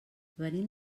venim